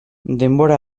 denbora